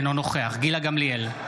אינו נוכח גילה גמליאל,